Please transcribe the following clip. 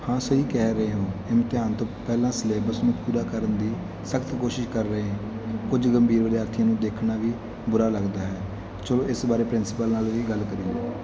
ਹਾਂ ਸਹੀ ਕਹਿ ਰਹੇ ਹੋ ਇਮਤਿਹਾਨ ਤੋਂ ਪਹਿਲਾਂ ਸਿਲੇਬਸ ਨੂੰ ਪੂਰਾ ਕਰਨ ਦੀ ਸਖਤ ਕੋਸ਼ਿਸ਼ ਕਰ ਰਹੇ ਕੁਝ ਗੰਭੀਰ ਵਿਦਿਆਰਥੀਆਂ ਨੂੰ ਦੇਖਣਾ ਵੀ ਬੁਰਾ ਲੱਗਦਾ ਹੈ ਚੱਲੋ ਇਸ ਬਾਰੇ ਪ੍ਰਿੰਸੀਪਲ ਨਾਲ ਵੀ ਗੱਲ ਕਰੀਏ